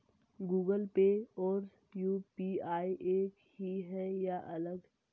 Google Pay और UPI एक ही है या अलग?